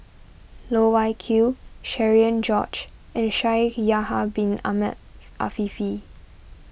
Loh Wai Kiew Cherian George and Shaikh Yahya Bin Ahmed Afifi